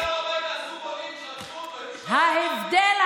כשחזר הביתה עשו בו לינץ', רצחו אותו, את אשתו,